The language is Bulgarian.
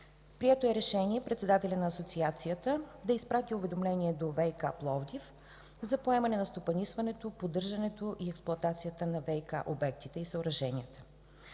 Прието е решение председателят на Асоциацията да изпрати уведомление до „ВиК” ЕООД Пловдив за поемане на стопанисването, поддържането и експлоатацията на ВиК обектите и съоръженията.